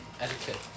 Etiquette